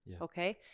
okay